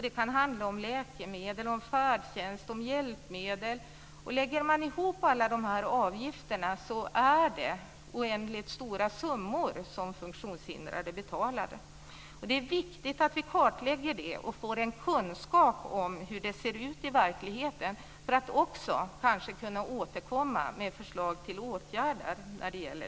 Det kan handla om läkemedel, om färdtjänst och om hjälpmedel. Lägger man ihop alla de här avgifterna blir det oändligt stora summor som funktionshindrade betalar. Det är viktigt att vi kartlägger detta, och får en kunskap om hur det ser ut i verkligheten för att också kanske kunna återkomma med förslag till åtgärder.